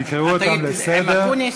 את היית עם אקוניס?